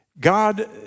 God